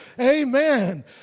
amen